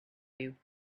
you